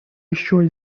еще